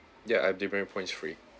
yeah I'm demerit points free